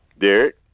Derek